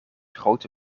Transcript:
grote